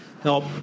help